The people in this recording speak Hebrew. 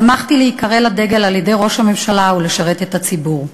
שמחתי להיקרא לדגל על-ידי ראש הממשלה ולשרת את הציבור.